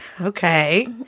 Okay